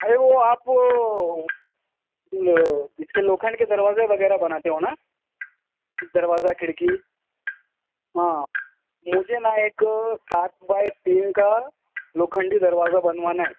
ارے وہ آپ اس کے لوکھنڈ کے دروازے وغیرہ بناتے ہو نا دروازہ کھڑکی ہاں مجھے نا ایک سات بائی تین کا لوکھنڈی دروازہ بنوانا ہے